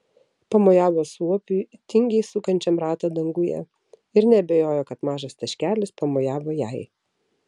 pamojavo suopiui tingiai sukančiam ratą danguje ir neabejojo kad mažas taškelis pamojavo jai